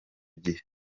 gihe